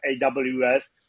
AWS